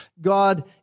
God